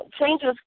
changes